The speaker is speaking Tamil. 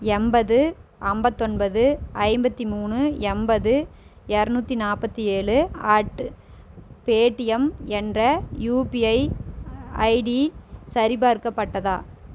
எண்பது ஐம்பத்தொன்பது ஐம்பத்து மூணு எண்பது இரநூத்தி நாற்பத்தி ஏழு அட் பேடிம் என்ற யுபிஐ ஐடி சரி பார்க்கப்பட்டதா